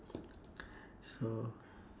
so